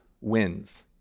wins